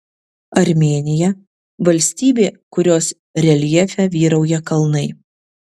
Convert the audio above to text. armėnija valstybė kurios reljefe vyrauja kalnai